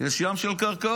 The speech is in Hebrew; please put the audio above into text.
יש ים של קרקעות,